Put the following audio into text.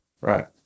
Right